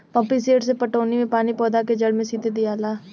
pump set से पटौनी मे पानी पौधा के जड़ मे सीधे दियाला